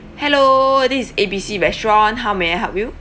hello this is A B C restaurant how may I help you